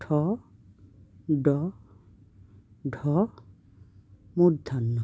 ঠ ড ঢ মূর্ধ্য ণ